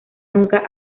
nunca